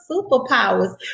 superpowers